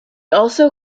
also